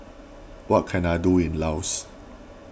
what can I do in Laos